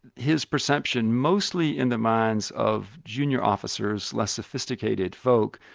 his perception mostly in the minds of junior officers less sophisticated folk,